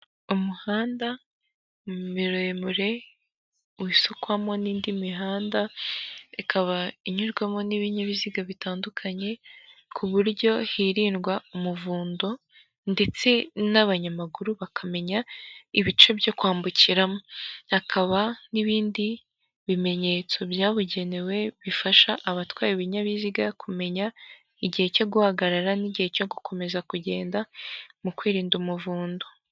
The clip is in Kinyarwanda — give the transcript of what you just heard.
Umuhanda muremure usukwamo n'indi mihanda ikaba inyurwamo n'ibinyabiziga bitandukanye ku buryo hirindwa umuvundo ndetse n'abanyamaguru bakamenya ibice byo kwambukiramo, hakaba n'ibindi bimenyetso byabugenewe bifasha abatwaye ibinyabiziga kumenya igihe cyo guhagarara n'igihe cyo gukomeza kugenda mu kwirinda umuvundo.